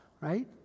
right